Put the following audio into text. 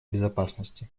безопасности